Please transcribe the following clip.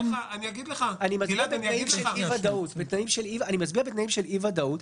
זה בתנאים של אי-ודאות.